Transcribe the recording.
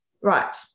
Right